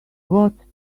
got